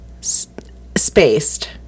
Spaced